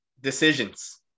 decisions